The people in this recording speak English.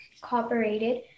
cooperated